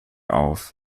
auf